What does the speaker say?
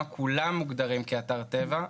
כולם מוגדרים כאתר טבע,